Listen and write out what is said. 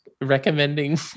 recommending